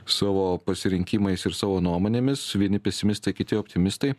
savo pasirinkimais ir savo nuomonėmis vieni pesimistai kiti optimistai